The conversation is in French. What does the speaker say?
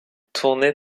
tournées